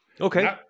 Okay